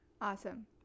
awesome